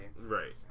Right